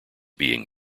being